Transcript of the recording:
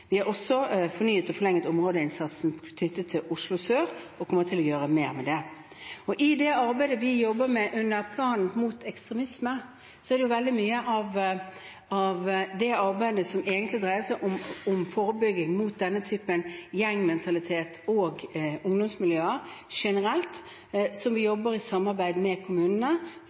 å gjøre mer med det. I det arbeidet vi jobber med under planen mot ekstremisme, er det veldig mye som egentlig dreier seg om forebygging av denne typen gjengmentalitet og ungdomsmiljøer generelt, og vi jobber i samarbeid med kommunene